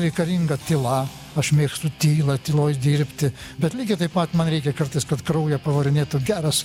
reikalinga tyla aš mėgstu tylą tyloj dirbti bet lygiai taip pat man reikia kartais kad kraują pavarinėtų geras